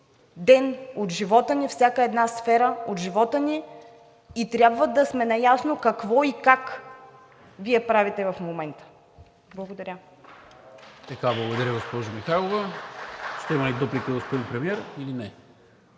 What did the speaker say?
ден от живота ни, всяка една сфера от живота ни и трябва да сме наясно какво и как Вие правите в момента. Благодаря.